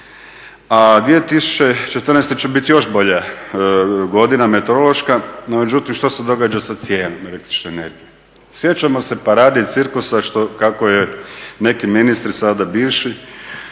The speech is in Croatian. A 2014. će biti još bolja godina meteorološka, no međutim što se događa sa cijenom električne energije? Sjećamo se parade i cirkusa kako su neki ministri, sada bivši,